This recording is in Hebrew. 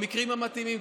במקרים המתאימים,